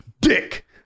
Dick